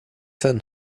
hin